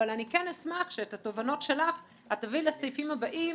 אבל אני כן אשמח שאת התובנות שלך את תביאי לסעיפים הבאים,